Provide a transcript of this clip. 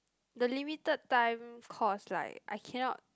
the limited time cause like I cannot